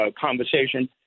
conversation